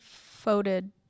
voted